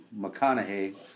McConaughey